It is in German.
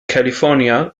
california